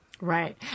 Right